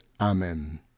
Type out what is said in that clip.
Amen